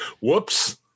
Whoops